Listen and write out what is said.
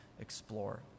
explore